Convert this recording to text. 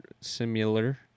similar